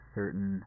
certain